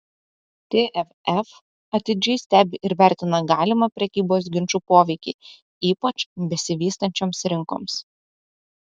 tvf atidžiai stebi ir vertina galimą prekybos ginčų poveikį ypač besivystančioms rinkoms